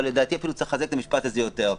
אבל לדעתי אפילו צריך לחזק את המשפט הזה יותר.